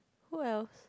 who else